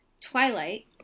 Twilight